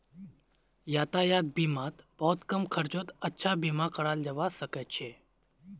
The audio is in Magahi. यातायात बीमात बहुत कम खर्चत अच्छा बीमा कराल जबा सके छै